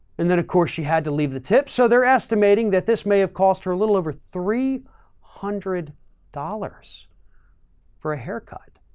and then of course she had to leave the tip. so they're estimating that this may have cost her a little over three hundred dollars for a haircut.